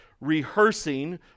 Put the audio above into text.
rehearsing